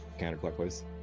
counterclockwise